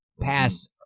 pass